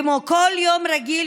כמו כל יום רגיל,